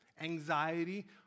anxiety